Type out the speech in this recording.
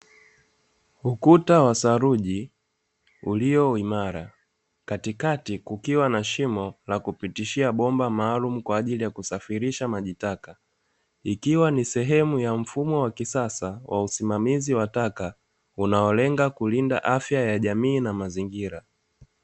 Ukuta wa thaluji ulio, imara katikati kukiwa na shimo la kupitishia bomba maalumu kwa ajili ya kusafirisha majitaka, ikiwa ni sehemu ya mfumo wa kisasa wa usimamizi wa taka unaolenga kulinda afya ya jamii na mazingira.